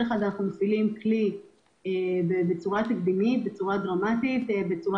אחד אנחנו מפעילים כלי בצורה תקדימית ודרמטית ובכך